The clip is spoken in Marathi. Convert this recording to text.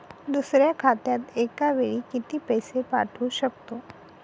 दुसऱ्या खात्यात एका वेळी किती पैसे पाठवू शकतो?